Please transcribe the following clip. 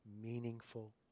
meaningful